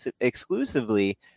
exclusively